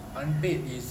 unpaid is